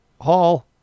Hall